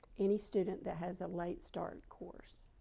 any student that has a late start course,